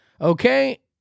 okay